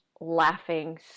laughing